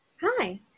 Hi